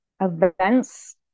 events